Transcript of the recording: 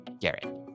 Garrett